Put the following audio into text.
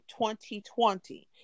2020